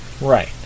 Right